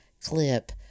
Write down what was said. clip